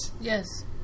Yes